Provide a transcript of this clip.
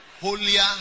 Holier